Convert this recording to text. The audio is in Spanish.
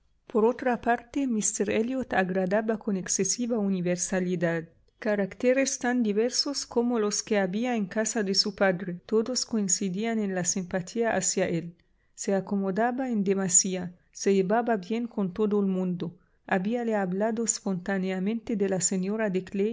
por otra parte míster elliot agradaba con excesiva universalidad caracteres tan diversos como los que había en casa de su padre todos coincidían en la simpatía hacia él se acomodaba en demasía se llevaba bien con todo el mundo habíale hablado espontáneamente de la señora